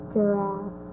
giraffe